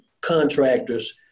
contractors